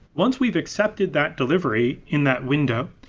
once we've accepted that delivery in that window,